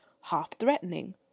half-threatening